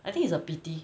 I think it's a pity